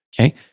okay